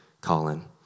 Colin